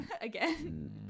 again